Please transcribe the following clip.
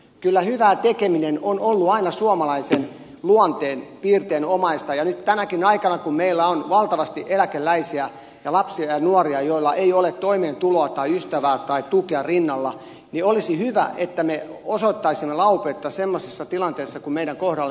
kyllä hyvän tekeminen on ollut aina suomalaisen luonteenpiirteelle omaista ja nyt tänäkin aikana kun meillä on valtavasti eläkeläisiä ja lapsia ja nuoria joilla ei ole toimeentuloa tai ystävää tai tukea rinnalla olisi hyvä että me osoittaisimme laupeutta semmoisissa tilanteissa kun niitä meidän kohdallemme tulee